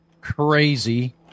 crazy